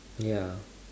ya